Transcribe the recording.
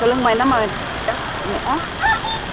சொல்லுங்கம்மா என்னம்மா வேணும் இப்போ